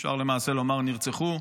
אפשר למעשה לומר "נרצחו"